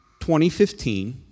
2015